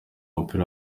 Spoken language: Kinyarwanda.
w’umupira